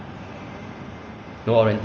but you all go back school will talk talk [one] [what]